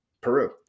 Peru